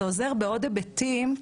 זה עוזר בעוד היבטים.